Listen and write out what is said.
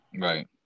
Right